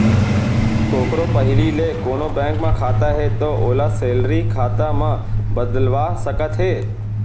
कोकरो पहिली ले कोनों बेंक म खाता हे तौ ओला सेलरी खाता म बदलवा सकत हे